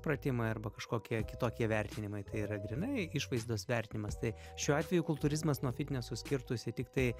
pratimai arba kažkokie kitokie vertinimai tai yra grynai išvaizdos vertinimas tai šiuo atveju kultūrizmas nuo fitneso skirtųsi tiktai